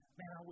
man